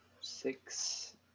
six